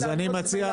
הפריפריה,